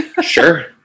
sure